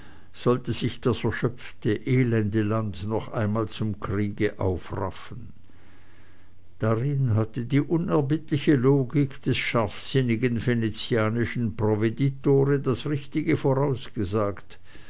sollte sich das erschöpfte elende land noch einmal zum kriege aufraffen darin hatte die unerbittliche logik des scharfsinnigen venezianischen provveditore das richtige vorausgesagt